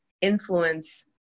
influence